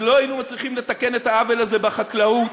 לא היינו מצליחים לתקן את העוול הזה בחקלאות,